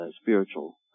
spiritual